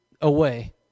away